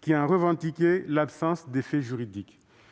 qui revendiquait l'absence d'effet juridique.